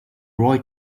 right